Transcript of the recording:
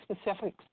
specific